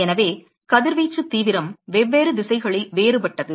எனவே கதிர்வீச்சு தீவிரம் வெவ்வேறு திசைகளில் வேறுபட்டது